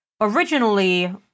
originally